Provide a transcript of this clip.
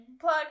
Plug